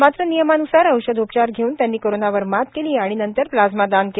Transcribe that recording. मात्र नियमान्सार औषधोपचार घेऊन त्यांनी कोरोनावर मात केली आणि नंतर प्लाझ्मा दान केला